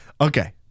Okay